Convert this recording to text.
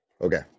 Okay